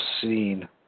seen